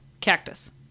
Cactus